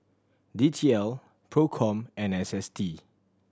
D T L Procom and S S T